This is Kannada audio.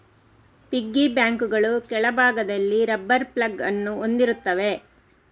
ಪಿಗ್ಗಿ ಬ್ಯಾಂಕುಗಳು ಕೆಳಭಾಗದಲ್ಲಿ ರಬ್ಬರ್ ಪ್ಲಗ್ ಅನ್ನು ಹೊಂದಿರುತ್ತವೆ